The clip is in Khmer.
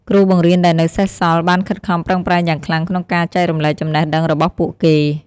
គ្រូបង្រៀនដែលនៅសេសសល់បានខិតខំប្រឹងប្រែងយ៉ាងខ្លាំងក្នុងការចែករំលែកចំណេះដឹងរបស់ពួកគេ។